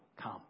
come